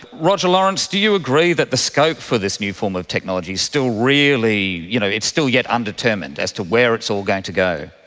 roger lawrence, do you agree that the scope for this new form of technology is still really, you know it's still yet undetermined as to where it's all going to go?